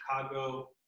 Chicago